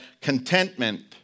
contentment